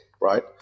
right